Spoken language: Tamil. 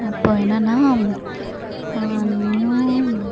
அப்போது என்னென்னா நியூ